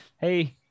hey